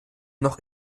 noch